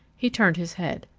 he turned his head.